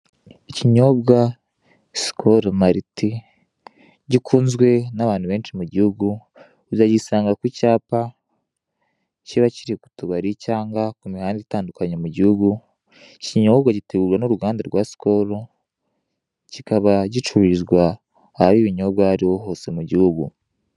Ikinyobwa Skol Malt gikunzwe n'abantu benshi mu gihugu, uzagisanga ku cyapa kiba kiri ku tubari cyangwa ku mihanda itandukanye mu gihugu, ikinyobwa gitegurwa n'uruganda rwa Skol, kikaba gicururizwa ahari ibinyobwa aho ari ho hose mu gihugu.